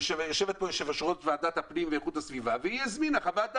יושבת פה יושבת-ראש ועדת הפנים והגנת הסביבה והיא הזמינה חוות דעת.